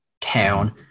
town